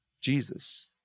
Jesus